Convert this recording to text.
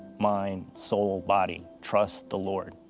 mind. soul. body. trust the lord.